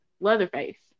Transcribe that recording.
Leatherface